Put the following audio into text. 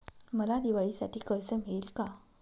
मला दिवाळीसाठी कर्ज मिळेल का?